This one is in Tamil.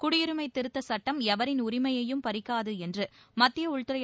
குடியுரிமை திருத்தச் சட்டம் எவரின் உரிமையையும் பறிக்காது என்று மத்திய உள்துறை